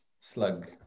Slug